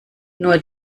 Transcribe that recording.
nur